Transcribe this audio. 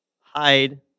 hide